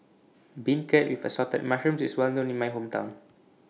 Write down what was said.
Beancurd with Assorted Mushrooms IS Well known in My Hometown